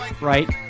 right